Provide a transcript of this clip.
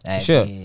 sure